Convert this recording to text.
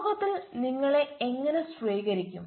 സമൂഹത്തിൽ നിങ്ങളെ എങ്ങനെ സ്വീകരിക്കും